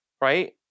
right